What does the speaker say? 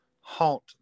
haunt